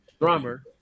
Drummer